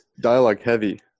dialogue-heavy